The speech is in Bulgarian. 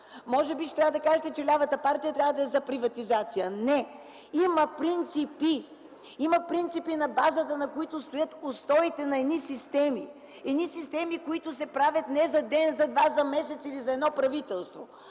Може би ще трябва да кажете, че лявата партия трябва да е за приватизация. Не! Има принципи! Има принципи, на базата на които са поставени устоите на едни системи – едни системи, които се правят не за ден, за два, за месец или за едно правителство.